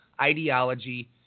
ideology